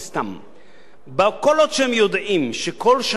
כל עוד הם יודעים שכל שנה שהם מחזיקים את הדירה,